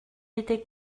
était